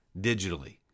digitally